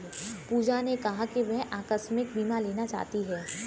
पूजा ने कहा कि वह आकस्मिक बीमा लेना चाहती है